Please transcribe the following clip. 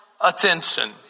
attention